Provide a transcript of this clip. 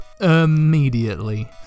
immediately